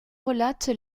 relate